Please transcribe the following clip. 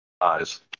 Eyes